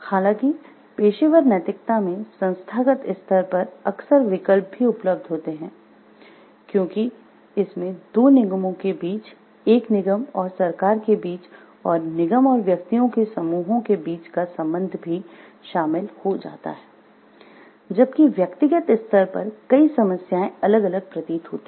हालांकि पेशेवर नैतिकता में संस्थागत स्तर पर अक्सर विकल्प भी उपलब्ध होते हैं क्योंकि इसमें दो निगमों के बीच एक निगम और सरकार के बीच और निगम और व्यक्तियों के समूहों के बीच का संबंध भी शामिल हो जाता हैं जबकि व्यक्तिगत स्तर पर कई समस्याएं अलग अलग प्रतीत होती हैं